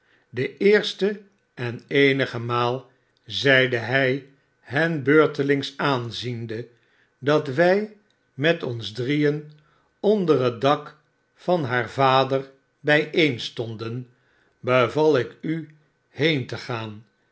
de eerste en eenige maal zeide hij hen beurtelings aanziende dat wij met ons drieen onder het dak van haar vader bijeenstonden beval ik u heen te gaan